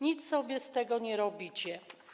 Nic sobie z tego nie robicie.